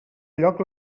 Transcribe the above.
lloc